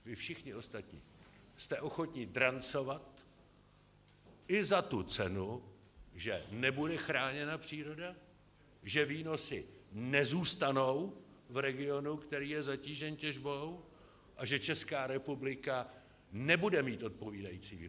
Vy všichni ostatní jste ochotní drancovat i za tu cenu, že nebude chráněna příroda, že výnosy nezůstanou v regionu, který je zatížen těžbou, a že Česká republika nebude mít odpovídající výnosy.